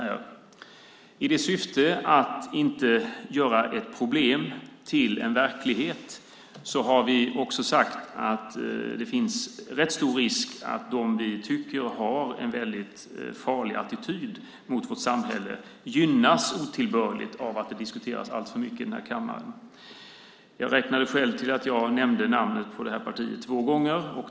Med syftet att inte göra ett problem till en verklighet har vi sagt att det finns rätt stor risk att de vi tycker har en väldigt farlig attityd till vårt samhälle gynnas otillbörligt av att det diskuteras alltför mycket i den här kammaren. Jag räknade själv och fann att jag nämnde namnet på det här partiet två gånger.